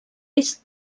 est